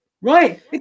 Right